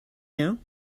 now